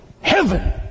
heaven